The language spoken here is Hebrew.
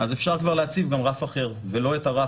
אז אפשר כבר להציב גם רף אחר ולא את הרף